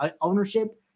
ownership